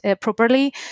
properly